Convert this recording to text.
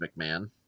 McMahon